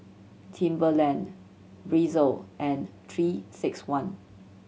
Timberland Breezer and Three Six One